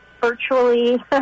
virtually